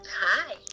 Hi